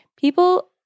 People